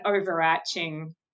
overarching